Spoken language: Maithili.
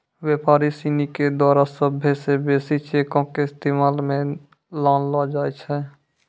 व्यापारी सिनी के द्वारा सभ्भे से बेसी चेको के इस्तेमाल मे लानलो जाय छै